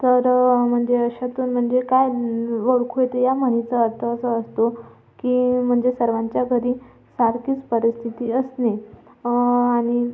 तर म्हणजे अशातून म्हणजे काय ओळखू येते या म्हणीचा अर्थ असा असतो की म्हणजे सर्वांच्या घरी सारखीच परिस्थिती असणे आणि